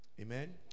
Amen